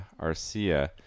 arcia